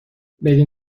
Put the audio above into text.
بدین